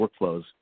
workflows